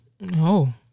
No